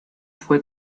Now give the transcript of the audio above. fue